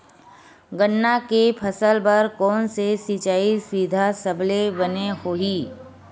गन्ना के फसल बर कोन से सिचाई सुविधा सबले बने होही?